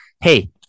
Hey